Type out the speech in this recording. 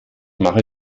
mache